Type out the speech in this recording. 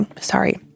Sorry